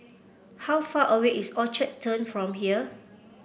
how far away is Orchard Turn from here